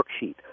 worksheet